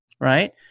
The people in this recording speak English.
right